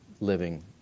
living